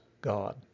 God